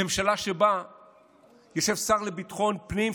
ממשלה שבה יושב שר לביטחון פנים,